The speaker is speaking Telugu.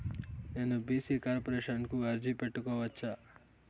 నేను బీ.సీ కార్పొరేషన్ కు అర్జీ పెట్టుకోవచ్చా?